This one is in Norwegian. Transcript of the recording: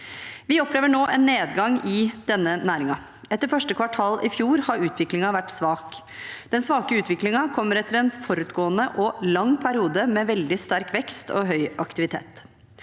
Vi opplever nå en nedgang i denne næringen. Etter første kvartal i fjor har utviklingen vært svak. Den svake utviklingen kommer etter en forutgående og lang periode med veldig sterk vekst og høy aktivitet.